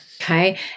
okay